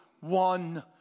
one